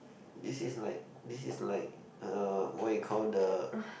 this is like this is like uh what you call the